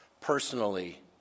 personally